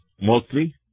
mostly